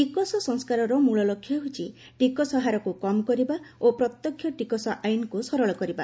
ଟିକସ ସଂସ୍କାରର ମୂଳଲକ୍ଷ୍ୟ ହେଉଛି ଟିକସ ହାରକୁ କମ୍ କରିବା ଓ ପ୍ରତ୍ୟକ୍ଷ ଟିକସ ଆଇନକୁ ସରଳ କରିବା